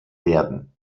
werden